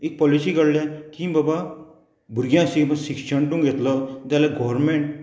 एक पॉलिसी काडल्या की बाबा भुरग्यांशी शिक्षण तूं घेतलो जाल्यार गोवोरमेंट